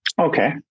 Okay